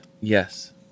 Yes